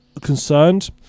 concerned